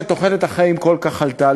כשתוחלת החיים כל כך עלתה,